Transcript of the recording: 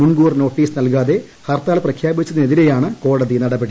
മുൻ കൂർ നോട്ടീസ് നൽകാതെ ഹർത്താൽ പ്രഖ്യാപിച്ചതിനെതിരെയാണ് കോടതി നടപടി